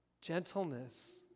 Gentleness